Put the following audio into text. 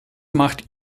macht